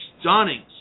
stunning